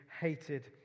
hated